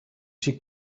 she